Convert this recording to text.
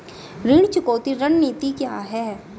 ऋण चुकौती रणनीति क्या है?